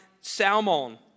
Salmon